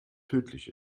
tödlich